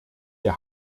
der